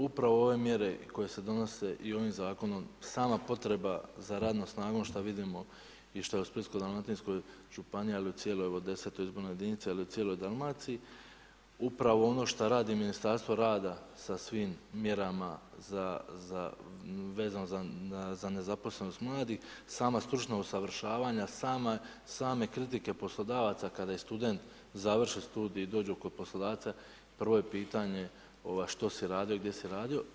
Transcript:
Upravo ove mjere koje se donose i ovim zakonom, stalna potreba za radnom snagom, šta vidimo i šta je u Splitskoj dalmatinskoj županiji ali i u cijeloj 10. izbornoj jedinici, ali i u cijeloj Dalmaciji, upravo ono što radi Ministarstvo rada, sa svim mjerama za vezano za nezaposlenost mladih, samo stručna usavršavanja, same kritike poslodavaca, kada i student završe studij i dođu kod poslodavca, prvo je pitanje, što si radio, gdje si radio.